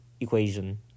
equation